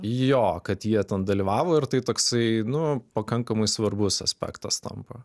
jo kad jie ten dalyvavo ir tai toksai nu pakankamai svarbus aspektas tampa